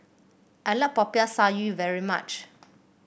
I like Popiah Sayur very much